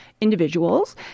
individuals